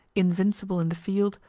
invincible in the field,